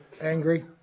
angry